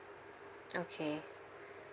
okay